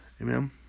Amen